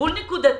לטיפול נקודתי.